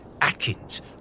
Atkins